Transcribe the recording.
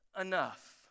enough